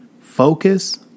Focus